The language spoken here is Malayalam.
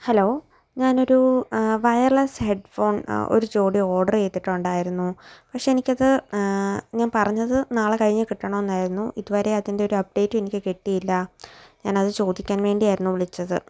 ഹലോ ഞാൻ ഒരു വയർലെസ്സ് ഹെഡ്ഫോൺ ഒരു ജോഡി ഓർടർ ചെയ്തിട്ടുണ്ടായിരുന്നു പക്ഷേ എനിക്ക് അ ത് ഞാൻ പറഞ്ഞത് നാളെ കഴിഞ്ഞ് കിട്ടണമെന്നായിരുന്നു ഇതുവെരെ അതിൻ്റെ ഒരു അപ്ഡേറ്റ് എനിക്ക് കിട്ടിയില്ല ഞാൻ അത് ചോദിക്കാൻ വേണ്ടിയായിരുന്നു വിളിച്ചത്